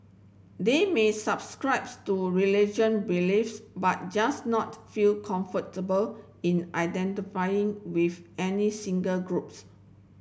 they may subscribes to religion beliefs but just not feel comfortable in identifying with any single groups